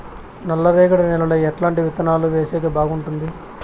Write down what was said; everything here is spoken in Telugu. నల్లరేగడి నేలలో ఎట్లాంటి విత్తనాలు వేసేకి బాగుంటుంది?